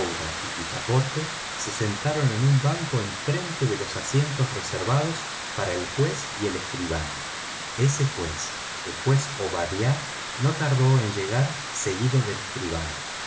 y picaporte se sentaron en un banco frente a los asientos reservados para el juez y el escribano ese juez el juez obadiah no tardó en llegar seguido